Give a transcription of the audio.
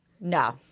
no